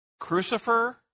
Crucifer